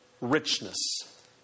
richness